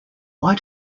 why